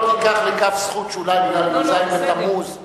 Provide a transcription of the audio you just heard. לכף זכות שאולי בגלל י"ז בתמוז לא עבדו.